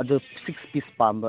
ꯑꯗꯨ ꯁꯤꯛꯁ ꯄꯤꯁ ꯄꯥꯝꯕ